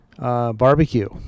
Barbecue